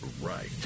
right